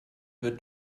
wird